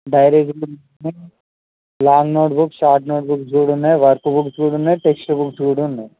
diaries long notebooks short notebooks కూడా ఉన్నాయి workbooks కూడా ఉన్నాయి టెస్ట్ బుక్స్ కూడా ఉన్నాయి